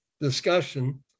discussion